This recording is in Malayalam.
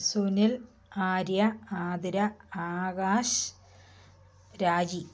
സുനിൽ ആര്യ ആതിര ആകാശ് രാജി